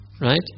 Right